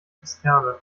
zisterne